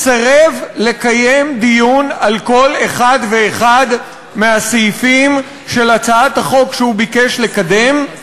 סירב לקיים דיון על כל אחד ואחד מהסעיפים של הצעת החוק שהוא ביקש לקדם,